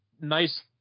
nice